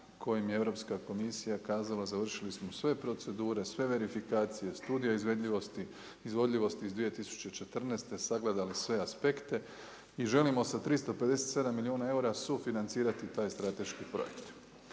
kojim je Europska komisija kazala završili smo sve procedure, sve verifikacije, studije izvodljivosti iz 201¸4., sagledali sve aspekte i želimo sa 357 milijuna eura sufinancirati taj strateški projekt.